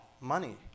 money